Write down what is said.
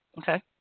Okay